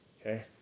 Okay